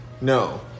No